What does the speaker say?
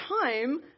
time